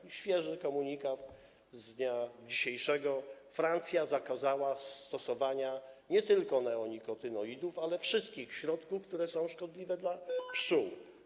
I świeży komunikat z dnia dzisiejszego: Francja zakazała stosowania nie tylko neonikotynoidów, ale też wszystkich środków, które są szkodliwe dla pszczół.